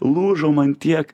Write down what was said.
lūžom ant tiek